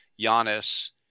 Giannis